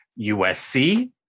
USC